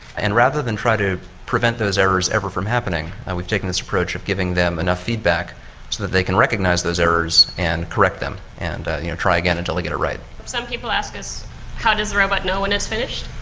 and rather than try to prevent those errors ever from happening we've taken this approach of giving them enough feedback so that they can recognise those errors and correct them and you know try again until they get it right. some people ask us how does the robot know when it's finished.